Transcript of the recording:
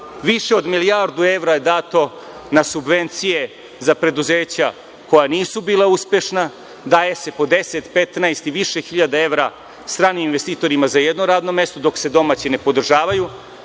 Više od milijardu evra je dato na subvencije za preduzeća koja nisu bila uspešna. Daje se po 10, 15 i više hiljada evra stranim investitorima za jedno radno mesto, dok se domaći ne podržavaju,